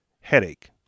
headache